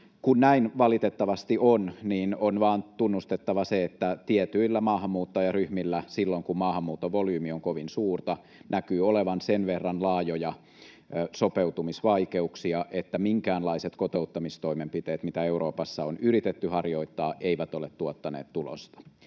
Kun näin valitettavasti on, niin on vain tunnustettava se, että tietyillä maahanmuuttajaryhmillä silloin, kun maahanmuuton volyymi on kovin suurta, näkyy olevan sen verran laajoja sopeutumisvaikeuksia, että minkäänlaiset kotouttamistoimenpiteet, mitä Euroopassa on yritetty harjoittaa, eivät ole tuottaneet tulosta